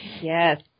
Yes